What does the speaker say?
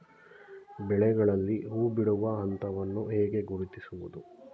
ಬೆಳೆಗಳಲ್ಲಿ ಹೂಬಿಡುವ ಹಂತವನ್ನು ಹೇಗೆ ಗುರುತಿಸುವುದು?